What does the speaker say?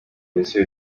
ndetse